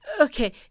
Okay